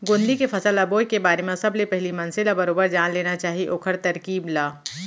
गोंदली के फसल ल बोए के बारे म सबले पहिली मनसे ल बरोबर जान लेना चाही ओखर तरकीब ल